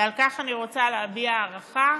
ועל כך אני רוצה להביע הערכה